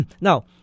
Now